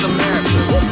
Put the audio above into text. America